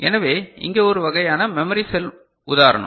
எனவே இங்கே ஒரு வகையான மெமரி செல் உதாரணம்